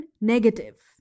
negative